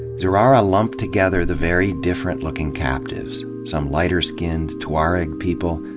zurara lumped together the very different-looking captives some lighter-skinned tuareg people,